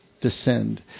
descend